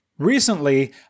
Recently